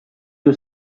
was